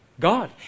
God